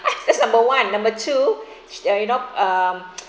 that's number one number two you know um